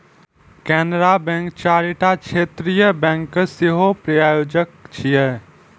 Canara Bank चारिटा क्षेत्रीय bank के सेहो प्रायोजक छियै